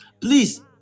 Please